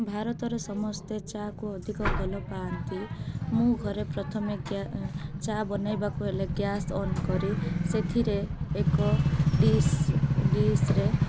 ଭାରତରେ ସମସ୍ତେ ଚାକୁ ଅଧିକ ଭଲ ପାଆନ୍ତି ମୁଁ ଘରେ ପ୍ରଥମେ ଚା ବନେଇବାକୁ ହେଲେ ଗ୍ୟାସ୍ ଅନ୍ କରି ସେଥିରେ ଏକ ଡିସ୍ ଡିସ୍ରେ